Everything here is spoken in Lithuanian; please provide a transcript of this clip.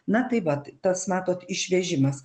na tai vat tas matot išvežimas